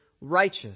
righteous